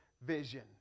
vision